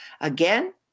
Again